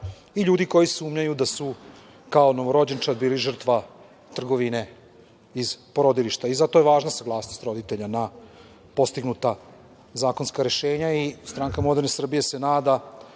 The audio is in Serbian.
i ljudi koji sumnjaju da su kao novorođenčad bili žrtva trgovine iz porodilišta i zato je važna saglasnost roditelja na postignuta zakonska rešenja. Stranka Moderne Srbije se nada